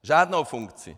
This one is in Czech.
Žádnou funkci.